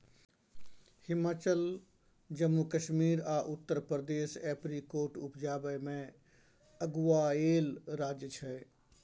हिमाचल, जम्मू कश्मीर आ उत्तर प्रदेश एपरीकोट उपजाबै मे अगुआएल राज्य छै